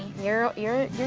you're, you're it.